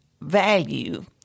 value